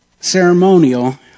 ceremonial